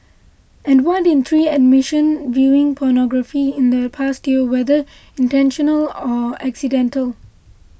and one in three admission viewing pornography in the past year whether intentional or accidental